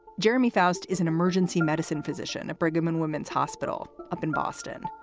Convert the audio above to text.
jeremy foust is an emergency medicine physician at brigham and women's hospital up in boston.